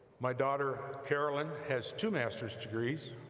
my daughter carolyn has two masters degrees,